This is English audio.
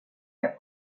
are